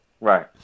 Right